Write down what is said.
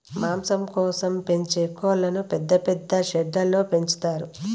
మాంసం కోసం పెంచే కోళ్ళను పెద్ద పెద్ద షెడ్లలో పెంచుతారు